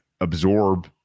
absorb